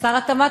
שר התמ"ת,